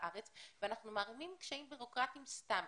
לארץ ואנחנו מערימים קשיים בירוקרטיים סתם.